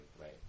right